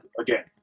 again